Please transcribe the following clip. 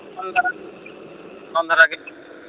ᱞᱚᱜᱚᱱ ᱫᱷᱟᱨᱟ ᱞᱚᱜᱚᱱ ᱫᱷᱟᱨᱟ ᱜᱮ